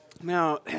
Now